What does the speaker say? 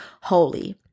holy